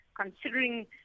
considering